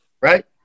right